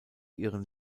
ihren